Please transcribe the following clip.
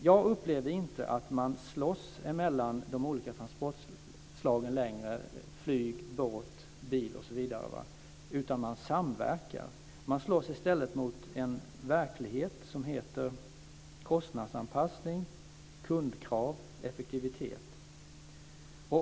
Jag upplever att de olika transportslagen - flyg, båt, bil, osv. - inte längre slåss, utan man samverkar. Man slåss i stället mot en verklighet om heter kostnadsanpassning, kundkrav och effektivitet.